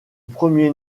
premier